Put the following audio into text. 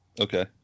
Okay